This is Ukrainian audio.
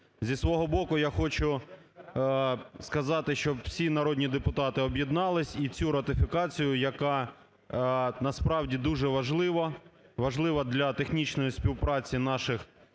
Зі свого боку я хочу сказати, щоб всі народні депутати об'єднались і цю ратифікацію, яка насправді дуже важлива, важлива для технічної співпраці нашого управління